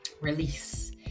Release